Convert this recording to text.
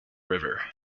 river